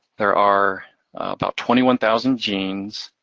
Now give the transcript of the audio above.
there are about twenty one thousand genes